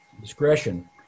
discretion